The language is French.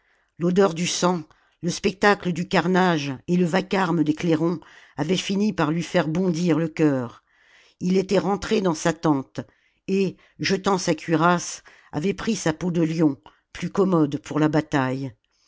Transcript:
l'odeur du sang je spectacle du carnage et le vacarme des clairons avaient fini par lui faire bondir le cœur ii était rentré dans sa tente et jetant sa cuirasse avait pris sa peau de lion plus commode pour la bataille